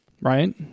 right